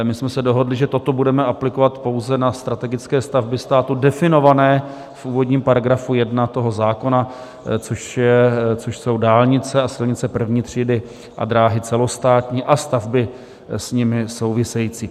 My jsme se dohodli, že toto budeme aplikovat pouze na strategické stavby státu definované v původní § 1 toho zákona, což jsou dálnice a silnice první třídy a dráhy celostátní a stavby s nimi související.